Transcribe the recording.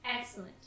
Excellent